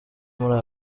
muri